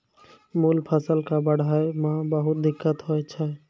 मूल फसल कॅ बढ़ै मॅ बहुत दिक्कत होय छै